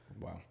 Wow